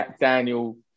Daniel